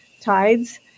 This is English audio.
tides